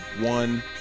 one